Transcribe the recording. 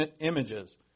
images